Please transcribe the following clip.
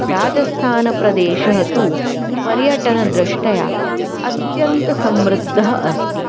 राजस्थानप्रदेशः तु पर्यटनदृष्ट्या अत्यन्तसमृद्धःअस्ति